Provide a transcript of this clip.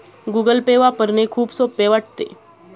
Google Pay वापरणे खूप सोपे वाटते